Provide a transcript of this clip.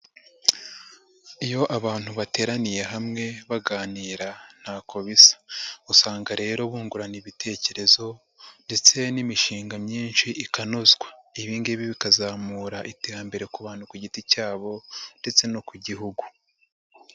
Iyo abantu bateraniye hamwe baganira ntako bisa, usanga rero bungurana ibitekerezo ndetse n'imishinga myinshi ikanozwa, ibi ngibi bikazamura iterambere ku bantu ku giti cyabo ndetse no ku gihugu.